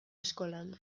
eskolan